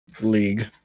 league